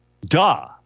Duh